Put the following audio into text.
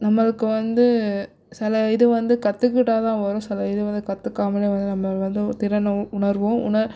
நம்மளுக்கு வந்து சில இது வந்து கத்துக்கிட்டால்தான் வரும் சில இது வந்து கற்றுக்காமலே வந்து நம்மள வந்து திறனை உணர்வோம் உணர்